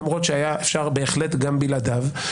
למרות שהיה אפשר בהחלט גם בלעדיו,